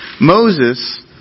Moses